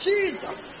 Jesus